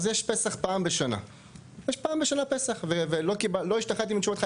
אז יש פסח פעם בשנה ולא השתכנעתי מהתשובה שלך.